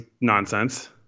nonsense